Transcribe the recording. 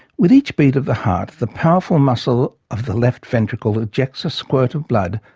with each beat of the heart, the powerful muscle of the left ventricle ejects a squirt of blood,